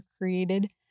created